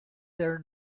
their